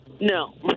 no